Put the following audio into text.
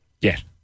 Yes